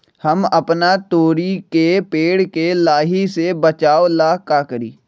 हम अपना तोरी के पेड़ के लाही से बचाव ला का करी?